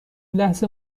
لحظه